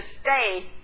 stay